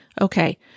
Okay